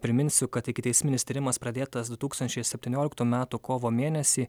priminsiu kad ikiteisminis tyrimas pradėtas du tūkstančiai septynioliktų metų kovo mėnesį